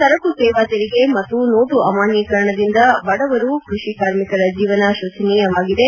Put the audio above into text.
ಸರಕು ಸೇವಾ ತೆರಿಗೆ ಮತ್ತು ನೋಟು ಅಮಾನ್ಯೀಕರಣದಿಂದ ಬಡವರು ಕೃಷಿ ಕಾರ್ಮಿಕರ ಜೀವನ ಶೋಚನೀಯವಾಗಿದೆ